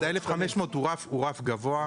ה-1,500 ₪ הוא רף גבוה.